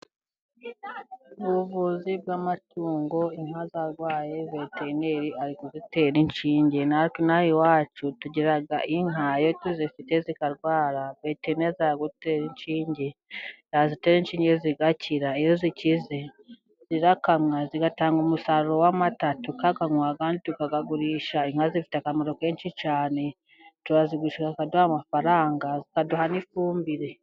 Ubuvuzi bw'amatungo, inka zarwaye veterineri ari kuzitera inshinge. Natwe inaha iwacu tugira inka. Iyo tuzifite zikarwara veterineri aza kuzitera inshinge, yazitera inshinge zigakira. Iyo zikize zirakamwa zigatanga umusaruro w'amata, tukayanywa, ayandi tukayagurisha. Inka zifite akamaro kenshi cyane, turazigurisha bakaduha amafaranga, zikaduha n'ifumbire.